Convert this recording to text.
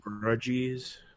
grudges